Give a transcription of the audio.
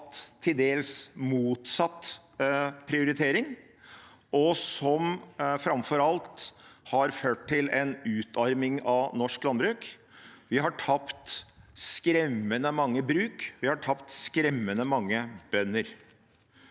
har hatt motsatt prioritering, og som framfor alt har ført til en utarming av norsk landbruk. Vi har tapt skremmende mange bruk. Vi har tapt skremmende mange bønder.